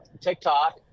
TikTok